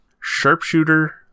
sharpshooter